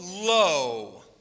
low